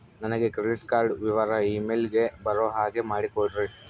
ನನಗೆ credit card ವಿವರ email ಗೆ ಬರೋ ಹಾಗೆ ಮಾಡಿಕೊಡ್ರಿ?